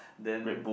then